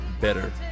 better